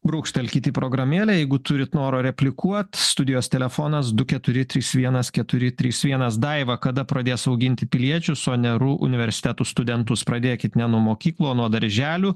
brūkštelkit į programėlę jeigu turit noro replikuot studijos telefonas du keturi trys vienas keturi trys vienas daiva kada pradės auginti piliečius o ne ru universitetų studentus pradėkit ne nuo mokyklų o nuo darželių